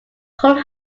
coal